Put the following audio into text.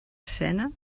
escena